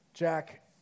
Jack